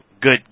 good